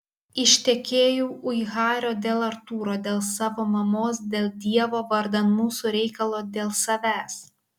ištekėjau ui hario dėl artūro dėl savo mamos dėl dievo vardan mūsų reikalo dėl savęs